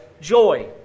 joy